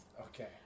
Okay